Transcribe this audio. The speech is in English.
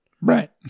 Right